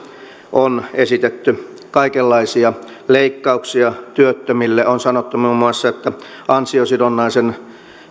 on esitetty kaikenlaisia leikkauksia työttömille on sanottu muun muassa että ansiosidonnaisen